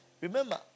Remember